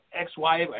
ex-wife